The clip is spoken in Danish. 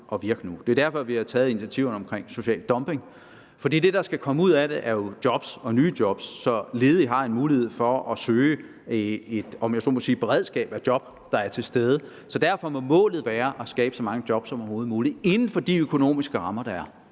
Det er derfor, vi har taget initiativerne omkring social dumping, for det, der skal komme ud af det, er jo job, nye job, så ledige har mulighed for at søge et, om jeg så må sige, beredskab af job, der er til stede. Derfor må målet være at skabe så mange job som overhovedet muligt inden for de økonomiske rammer, der er